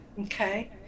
Okay